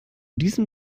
diesem